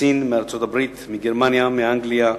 מסין, מארצות-הברית, מגרמניה, מאנגליה,